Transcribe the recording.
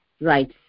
Right